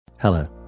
Hello